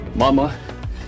Mama